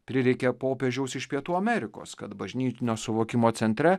prireikė popiežiaus iš pietų amerikos kad bažnytinio suvokimo centre